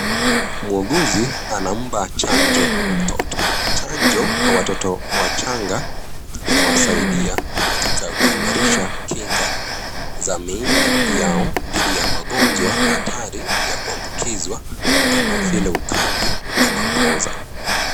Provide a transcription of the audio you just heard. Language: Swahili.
Muuguzi anampa chanjo mtoto. Chanjo kwa watoto wachanga inawasaidia katika kuimarisha kinga za miili yao dhidi ya magonjwa hatari ya kuambukizwa kama vile ukambi na mapooza.